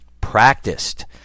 practiced